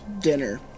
dinner